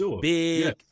big